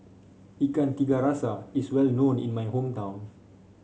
Ikan Tiga Rasa is well known in my hometown